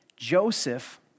Joseph